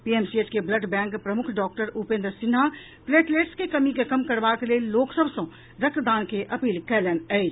PMCH के blood bank प्रमुख doctor Upendra Sinha platelets के कमी के कम करबाक लेल लोकसभ सऽ रक्तदान के अपील कयलनि अछि